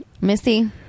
Missy